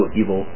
evil